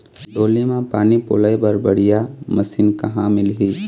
डोली म पानी पलोए बर बढ़िया मशीन कहां मिलही?